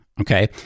Okay